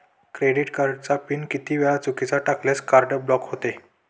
Credit कार्डचा PIN किती वेळा चुकीचा टाकल्यास कार्ड ब्लॉक होते?